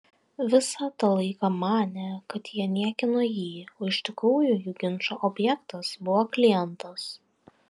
visą tą laiką manė kad jie niekino jį o iš tikrųjų jų ginčo objektas buvo klientas